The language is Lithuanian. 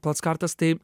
plackartas tai